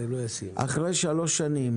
אחרי שלוש שנים,